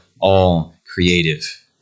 all-creative